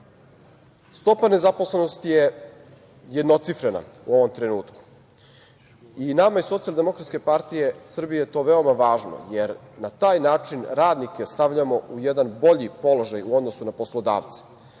Stopa nezaposlenosti je jednocifrena u ovom trenutku i nama iz Socijaldemokratske partije Srbije je to veoma važno, jer na taj način radnike stavljamo u jedan bolji položaj u odnosu na poslodavce.